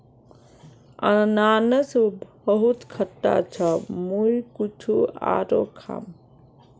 अनन्नास बहुत खट्टा छ मुई कुछू आरोह खाम